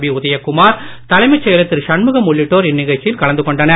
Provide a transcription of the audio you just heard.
பிஉதயகுமார் தலைமைசெயலர்திருசண்முகம்உள்ளிட்டோர்இந்நிகழ்ச்சியில்கலந்துகொ ன்டனர்